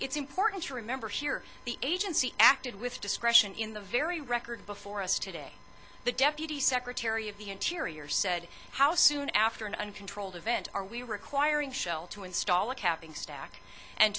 it's important to remember here the agency acted with discretion in the very record before us today the deputy secretary of the interior said how soon after an uncontrolled event are we requiring shell to install a capping stack and